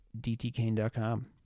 dtkane.com